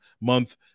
month